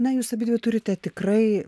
na jūs abidvi turite tikrai